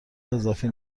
اضافی